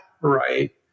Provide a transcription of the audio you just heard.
right